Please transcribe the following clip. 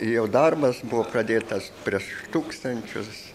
jau darbas buvo pradėtas prieš tūkstančius